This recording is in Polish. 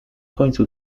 końcu